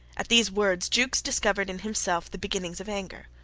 at these words jukes discovered in himself the beginnings of anger.